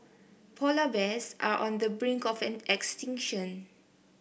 polar bears are on the brink of extinction